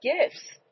gifts